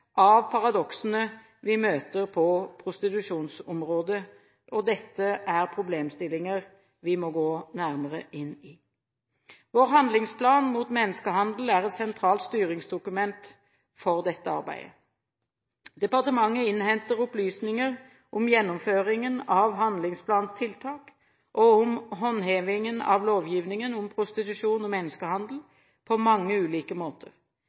av paradoksene vi møter på prostitusjonsområdet, og dette er problemstillinger vi må gå nærmere inn i. Vår handlingsplan mot menneskehandel er et sentralt styringsdokument for dette arbeidet. Departementet innhenter opplysninger om gjennomføringen av handlingsplanens tiltak og om håndhevingen av lovgivningen om prostitusjon og menneskehandel på mange ulike måter.